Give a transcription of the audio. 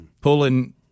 pulling